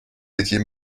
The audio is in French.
étiez